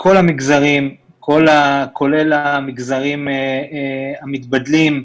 כל המגזרים, כולל המגזרים המתבדלים,